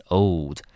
old